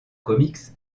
comics